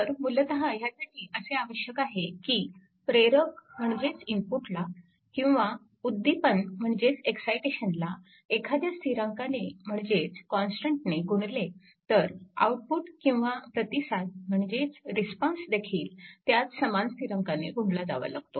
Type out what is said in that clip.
तर मूलतः ह्यासाठी असे आवश्यक आहे की प्रेरक म्हणजेच इनपुटला किंवा उद्दीपन म्हणजेच एक्सायटेशनला एखाद्या स्थिरांकाने म्हणजेच कॉन्स्टन्टने गुणले तर आउटपुट किंवा प्रतिसाद म्हणजेच रिस्पॉन्स देखील त्याच समान स्थिरांकाने गुणला जावा लागतो